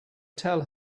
tell